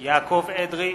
יעקב אדרי,